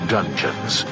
Dungeons